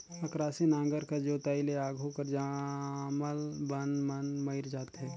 अकरासी नांगर कर जोताई ले आघु कर जामल बन मन मइर जाथे